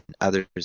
others